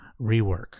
Rework